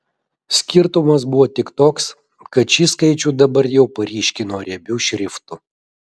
skirtumas buvo tik toks kad šį skaičių dabar jau paryškino riebiu šriftu